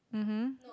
mmhmm